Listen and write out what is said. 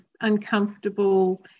uncomfortable